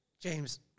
James